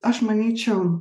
aš manyčiau